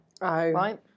Right